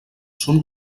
són